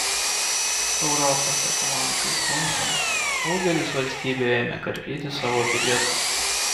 europos ekonomikai smunkant daugelis valstybių ėmė karpyti savo biudžetus